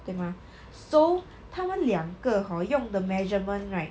对 mah so 他们两个 hor 用的 measurement right